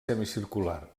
semicircular